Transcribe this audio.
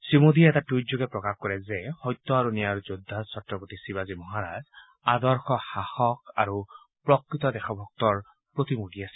শ্ৰীমোদীয়ে এটা টুইটযোগে প্ৰকাশ কৰে যে সত্য আৰু ন্যায়ৰ যোদ্ধা ছত্ৰপতি শিৱাজী মহাৰাজ আদৰ্শ শাসক আৰু প্ৰকৃত দেশভক্তৰ প্ৰতিমূৰ্তি আছিল